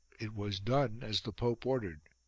it was done as the pope ordered.